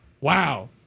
Wow